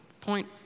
point